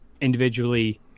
individually